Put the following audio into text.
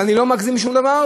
ואני לא מגזים בשום דבר,